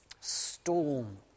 storm